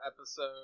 episode